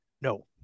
No